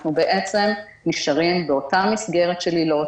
אנחנו נשארים באותה מסגרת של עילות,